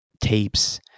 tapes